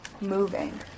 moving